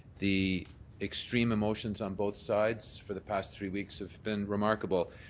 the extreme emotions on both sides for the past three weeks have been remarkable.